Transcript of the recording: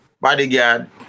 Bodyguard